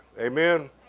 Amen